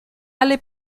alle